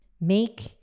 make